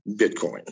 Bitcoin